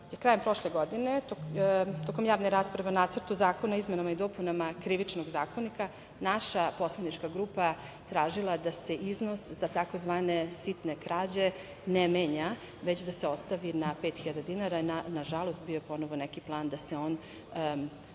krajem prošle godine tokom javne rasprave o Nacrtu zakona o izmenama i dopunama Krivičnog zakonika naša poslanička grupa tražila da se iznos za tzv. sitne krađe ne menja već da se ostavi na 5.000 dinara. Nažalost, bio je opet neki plan da se on